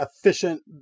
efficient